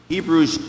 Hebrews